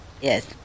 Yes